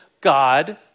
God